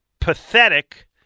pathetic